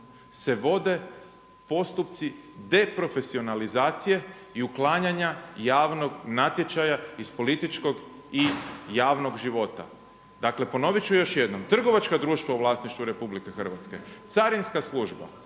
se vode postupci deprofesionalizacije i uklanjanja javnog natječaja iz političkog i javnog života. Dakle, ponovit ću još jednom. Trgovačka društva u vlasništvu Republike Hrvatske, carinska služba.